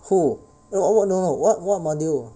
who oh n~ n~ no what module